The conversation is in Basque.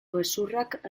gezurrak